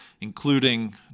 including